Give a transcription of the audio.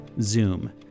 Zoom